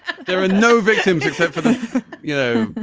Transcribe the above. and there are no victims except for, you know,